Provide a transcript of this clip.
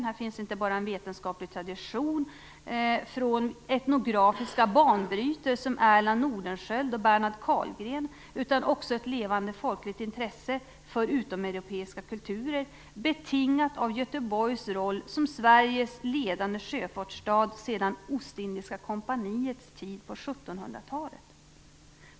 "Här finns inte bara en vetenskaplig tradition från etnografiska banbrytare som Erland Nordenskiöld och Bernhard Karlgren utan också ett levande folkligt intresse för utomeuropeiska kulturer, betingat av Göteborgs roll som Sveriges ledande sjöfartsstad sedan Ostindiska kompaniets tid på 1700 talet."